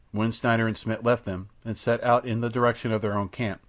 when schneider and schmidt left them and set out in the direction of their own camp,